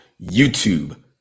YouTube